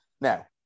Now